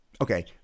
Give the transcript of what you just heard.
okay